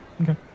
Okay